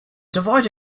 divide